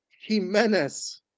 Jimenez